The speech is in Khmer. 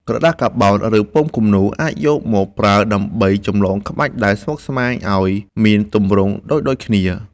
ក្រដាសកាបោន ឬពុម្ពគំនូរ អាចយកមកប្រើដើម្បីចម្លងក្បាច់ដែលស្មុគស្មាញឱ្យមានទម្រង់ដូចៗគ្នា។